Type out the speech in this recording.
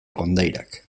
kondairak